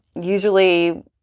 usually